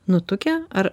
nutukę ar